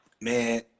man